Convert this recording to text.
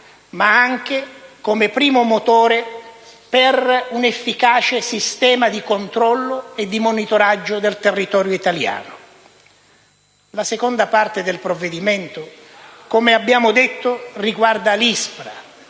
ma anche come primo motore per un efficace sistema di controllo e di monitoraggio del territorio italiano. La seconda parte del provvedimento - come abbiamo già detto - riguarda l'ISPRA,